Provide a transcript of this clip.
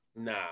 nah